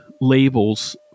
labels